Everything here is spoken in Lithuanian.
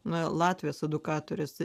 na latvijos edukatorės